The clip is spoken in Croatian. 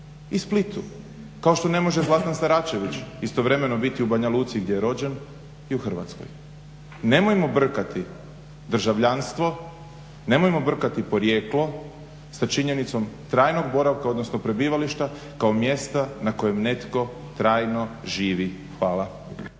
i Splitu, kao što ne može Zlatan Saračević istovremeno biti u Banja Luci gdje je rođen i u Hrvatskoj. Nemojmo brkati državljanstvo, nemojmo birati porijeklo sa činjenicom trajnog boravka odnosno prebivališta kao mjesta na kojem netko trajno živi. Hvala.